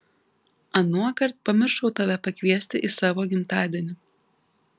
anuokart pamiršau tave pakviesti į savo gimtadienį